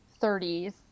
30s